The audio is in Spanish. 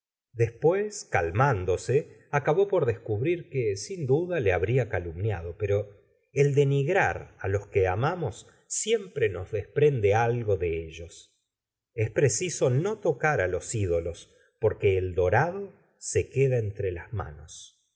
después calmándose acabó por descubrir que sin duda le habria calumniado pero el denigrar á los que amamos siempre nos desprende algo de ellol es preciso no tocar á los ídolos porque el dorado se queda entre las manos